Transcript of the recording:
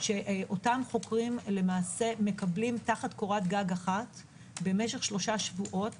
שאותם חוקרים מקבלים תחת קורת גג אחת במשך שלושה שבועות